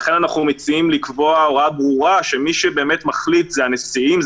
לכן אנחנו מציעים לקבוע הוראה ברורה שמי שמחליט זה הנשיאים,